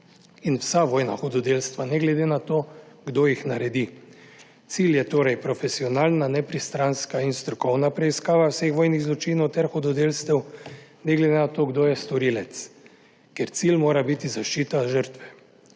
in vsa vojna hudodelstva ne glede na to, kdo jih naredi. Cilj je torej profesionalna, nepristranska in strokovna preiskava vseh vojnih zločinov ter hudodelstev ne glede na to, kdo je storilec, ker cilj mora biti zaščita žrtve.